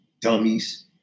dummies